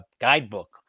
guidebook